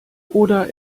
oder